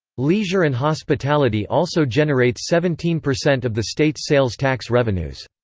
leisure and hospitality also generates seventeen percent of the state's sales tax revenues.